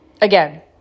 again